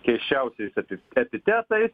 keisčiausiais epi epitetais